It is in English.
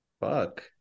Fuck